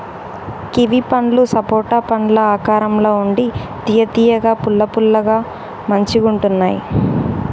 kiwi పండ్లు సపోటా పండ్ల ఆకారం ల ఉండి తియ్య తియ్యగా పుల్ల పుల్లగా మంచిగుంటున్నాయ్